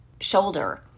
shoulder